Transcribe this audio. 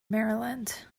maryland